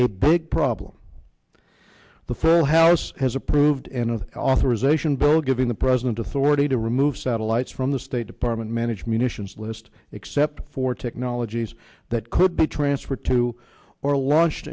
a big problem the first house has approved in of authorization bill giving the president authority to remove satellites from the state department manage munitions list except for technologies that could be transferred to or launched